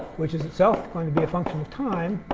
which is itself going to be a function of time,